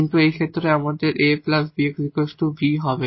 কিন্তু এই ক্ষেত্রে আমাদের 𝑎 𝑏𝑥 𝑣 হবে